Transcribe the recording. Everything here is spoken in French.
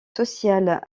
sociales